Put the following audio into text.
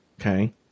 Okay